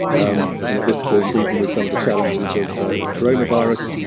um and at this point, even with some of the challenges of of coronavirus,